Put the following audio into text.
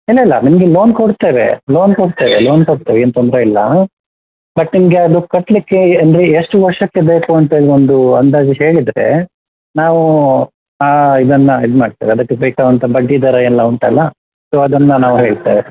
ಇಲ್ಲ ಇಲ್ಲ ನಿಮಗೆ ಲೋನ್ ಕೊಡ್ತೇವೆ ಲೋನ್ ಕೊಡ್ತೇವೆ ಲೋನ್ ಕೊಡ್ತೇವೆ ಏನು ತೊಂದರೆ ಇಲ್ಲ ಬಟ್ ನಿಮಗೆ ಅದು ಕಟ್ಟಲಿಕ್ಕೆ ಎ ಅಂದರೆ ಎಷ್ಟು ವರ್ಷಕ್ಕೆ ಬೇಕು ಅಂತೇಳಿ ಒಂದು ಅಂದಾಜು ಹೇಳಿದರೆ ನಾವು ಇದನ್ನು ಇದು ಮಾಡ್ತೇವೆ ಅದಕ್ಕೆ ಬೇಕಾದಂಥ ಬಡ್ಡಿದರ ಎಲ್ಲ ಉಂಟಲ್ಲ ಸೊ ಅದನ್ನು ನಾವು ಹೇಳ್ತೇವೆ